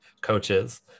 coaches